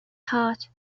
heart